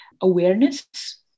awareness